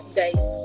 guys